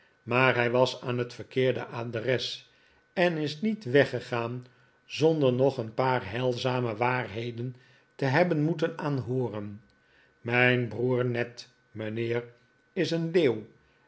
maar hij was aan een verkeerd adres en is niet weggegaan zonder nog een paar heilzame waarheden te hebben moeten aanhooren mijn broer ned mijnheer is een leeuw